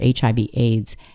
HIV-AIDS